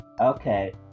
Okay